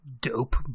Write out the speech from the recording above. dope